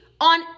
on